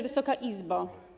Wysoka Izbo!